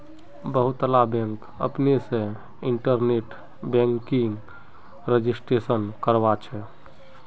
बहुतला बैंक अपने से इन्टरनेट बैंकिंगेर रजिस्ट्रेशन करवाछे